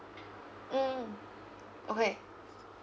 mm okay